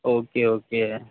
okay okay